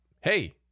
hey